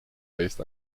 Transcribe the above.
based